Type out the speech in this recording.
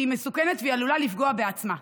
כי היא מסוכנת והיא עלולה לפגוע בעצמה,